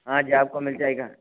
हाँ जी आपको मिल जायेगा